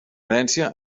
herència